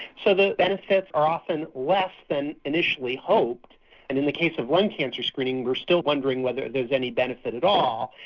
so the benefits are often less than initially hoped and in the case of lung cancer screening we are still wondering whether there is any benefit at all.